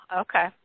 okay